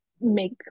make